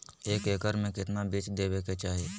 एक एकड़ मे केतना बीज देवे के चाहि?